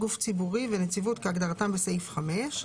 "גוף ציבורי ו-"נציבות" כהגדרתם בסעיף 5 לחוק.